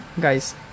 guys